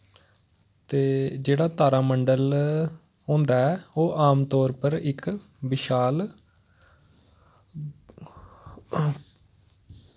ते जेह्ड़ा तारामंडल होंदा ऐ ओह् आम तौर पर इक विशाल